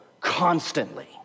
Constantly